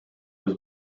was